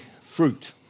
fruit